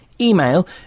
Email